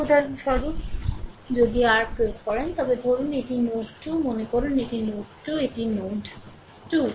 উদাহরণস্বরূপ যদি r প্রয়োগ করেন তবে ধরুন এটি নোড 2 মনে করুন এটি নোড 2 এটি rনোড 2